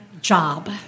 job